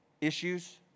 issues